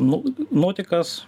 nu nuotekas